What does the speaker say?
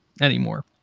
anymore